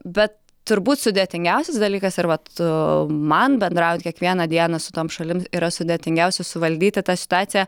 bet turbūt sudėtingiausias dalykas arba tu man bendraujant kiekvieną dieną su tom šalim yra sudėtingiausia suvaldyti tą situaciją